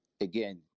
again